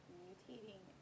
mutating